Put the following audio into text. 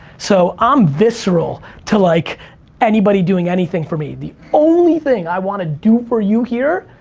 so, i'm visceral to like anybody doing anything for me. the only thing i wanna do for you here,